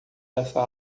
dessa